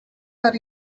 are